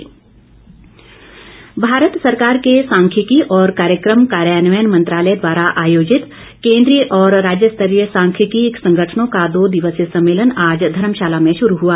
सम्मेलन भारत सरकार के सांख्यिकी और कार्यक्रम कार्यान्वयन मंत्रालय द्वारा आयोजित केन्द्रीय और राज्य स्तरीय सांख्यिकीय संगठनों का दो दिवसीय सम्मेलन आज धर्मशाला में शुरू हुआ